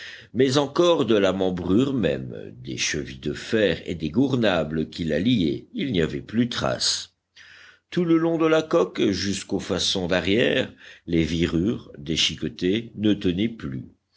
mais encore de la membrure même des chevilles de fer et des gournables qui la liaient il n'y avait plus trace tout le long de la coque jusqu'aux façons d'arrière les virures déchiquetées ne tenaient plus